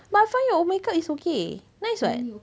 no I thought your makeup is okay nice [what]